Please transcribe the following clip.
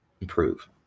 improve